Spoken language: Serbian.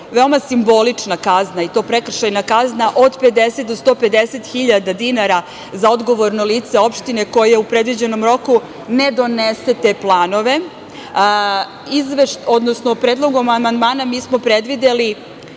veoma simbolična kazna i to prekršajna kazna od 50 do 150 hiljada dinara za odgovorno lice opštine koja u predviđenom roku ne donese te planove. Predlogom amandmana m smo predvideli